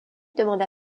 demanda